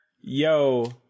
Yo